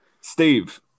Steve